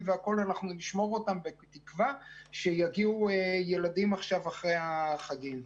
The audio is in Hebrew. אנחנו נשמר אותם בתקווה שיגיעו ילדים עכשיו לאחר החגים.